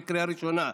בקריאה ראשונה,